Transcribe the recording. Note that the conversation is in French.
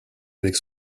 avec